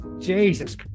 jesus